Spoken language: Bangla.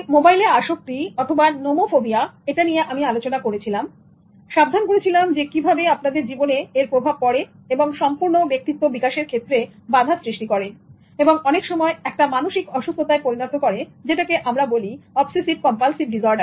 মোবাইলে আসক্তি অথবা নোমোফোবিয়া এটা নিয়ে আমি আলোচনা করেছিলাম সাবধান করেছিলাম যে কিভাবে আপনাদের জীবনে এর প্রভাব পড়ে এবংসম্পূর্ণ ব্যক্তিত্ব বিকাশের ক্ষেত্রে বাধার সৃষ্টি করে এবং অনেক সময় একটা মানসিক অসুস্থতায় পরিণত করে যেটাকে আমরা বলি অবসেসিভ কম্পালসিভ ডিসঅর্ডার